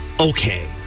okay